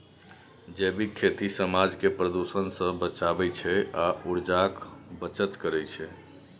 जैबिक खेती समाज केँ प्रदुषण सँ बचाबै छै आ उर्जाक बचत करय छै